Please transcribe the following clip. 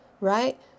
right